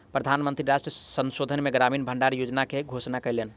प्रधान मंत्री राष्ट्र संबोधन मे ग्रामीण भण्डार योजना के घोषणा कयलैन